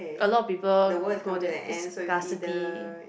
a lot of people go there it's scarcity